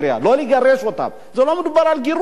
להחזיר אותם למדינה שלהם.